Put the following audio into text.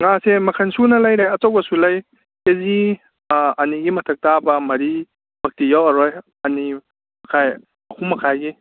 ꯉꯥꯁꯦ ꯃꯈꯟ ꯁꯨꯅ ꯂꯩꯔꯦ ꯑꯆꯧꯕꯁꯨ ꯂꯩ ꯀꯦꯖꯤ ꯑꯥ ꯑꯅꯤꯒꯤ ꯃꯊꯛ ꯇꯥꯕ ꯃꯔꯤ ꯃꯛꯇꯤ ꯌꯧꯔꯔꯣꯏ ꯑꯅꯤ ꯃꯈꯥꯏ ꯑꯍꯨꯝ ꯃꯈꯥꯏꯒꯤ